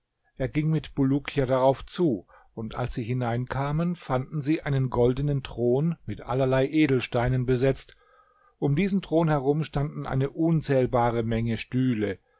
er ging mit bulukia darauf zu und als sie hineinkamen fanden sie einen goldenen thron mit allerlei edelsteinen besetzt um diesen thron herum standen eine unzählbare menge stühle